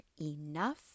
enough